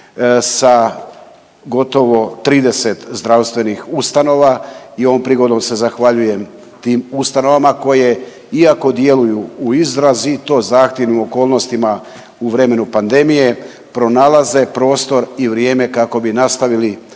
sa gotovo 30 zdravstvenih ustanova. I ovom prigodom se zahvaljujem tim ustanovama koje iako djeluju u izrazito zahtjevnim okolnostima u vremenu pandemije pronalaze prostor i vrijeme kako bi nastavili program